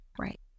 Right